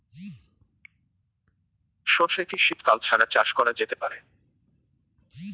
সর্ষে কি শীত কাল ছাড়া চাষ করা যেতে পারে?